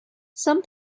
some